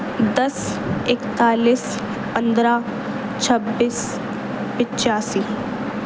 دس اکتالیس پندرہ چھبیس پچاسی